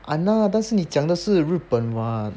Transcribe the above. !hanna! 但是你讲的是日本 [what]